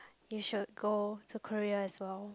you should go to Korea as well